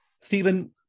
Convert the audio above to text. Stephen